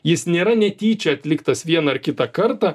jis nėra netyčia atliktas vieną ar kitą kartą